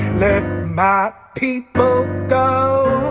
my people go